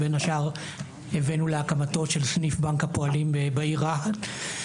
בין השאר הבאנו להקמתו של סניף בנק הפועלים בעיר רהט.